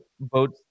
votes